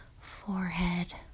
forehead